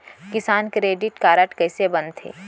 किसान credit card कइसे बनथे?